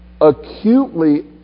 acutely